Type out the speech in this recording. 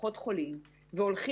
ככה החליטו --- אפרת,